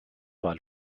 war